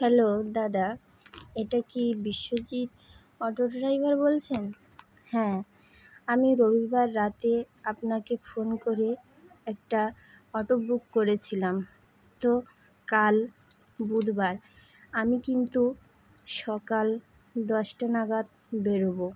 hello দাদা এটা কি বিশ্বজিৎ অটো ড্রাইভার বলছেন হ্যাঁ আমি রবিবার রাতে আপনাকে ফোন করে একটা অটো বুক করেছিলাম তো কাল বুধবার আমি কিন্তু সকাল দশটা নাগাদ বেরবো